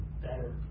better